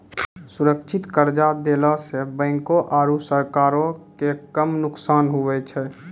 सुरक्षित कर्जा देला सं बैंको आरू सरकारो के कम नुकसान हुवै छै